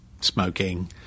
smoking